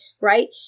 right